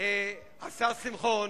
השר שמחון,